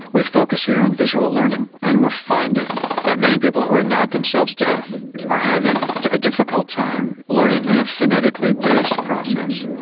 we focus here on visual learning and we're finding that many people who are not themselves deaf are having a difficult time learning in a phonetically based process.